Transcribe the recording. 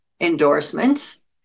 endorsements